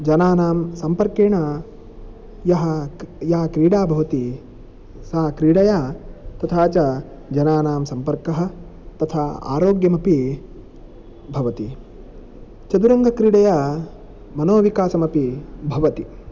जनानां सम्पर्केण यः या क्रीडा भवति सा क्रीडया तथा च जनानां सम्पर्कः तथा अरोग्यमपि भवति चतुरङ्गक्रीडया मनोविकासमपि भवति